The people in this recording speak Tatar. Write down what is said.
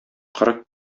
кырык